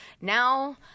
now